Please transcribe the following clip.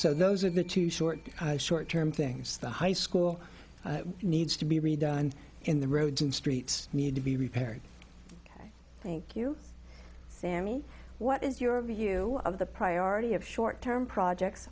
so those are the two short short term things the high school needs to be redone in the roads and streets need to be repaired thank you sammy what is your view of the priority of short term projects